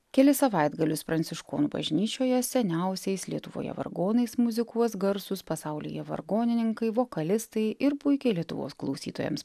kelis savaitgalius pranciškonų bažnyčioje seniausiais lietuvoje vargonais muzikuos garsūs pasaulyje vargonininkai vokalistai ir puikiai lietuvos klausytojams